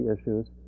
issues